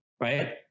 right